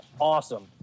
awesome